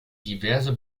diverse